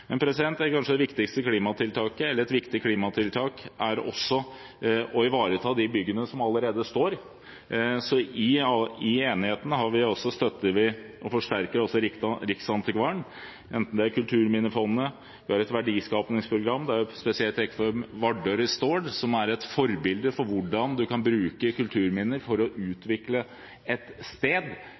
Et viktig klimatiltak er også å ivareta de byggene som allerede står, så i enigheten støtter vi og forsterker også Riksantikvaren og Kulturminnefondet. De har et verdiskapingsprogram, jeg tenker spesielt på Vardø Restored, som er et forbilde for hvordan man kan bruke kulturminner til å utvikle et sted,